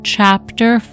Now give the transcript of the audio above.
Chapter